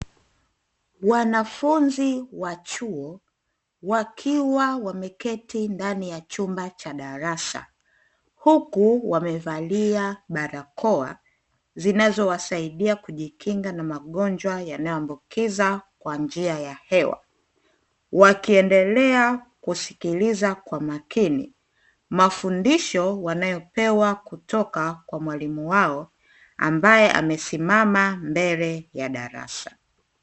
Wanafunzi chuo wakiwa wameketi ndani ya chumba cha darasa huku wamevalia barakoa zinazowasaidia kujikinga na magonjwa yanayoambukiza kwa njia ya hewa. Wakiendelea kusikiliza kwa makini mafundisho wanayopewa kutoka kwa mwalimu wao ambaye amesimama mbele ya darasa.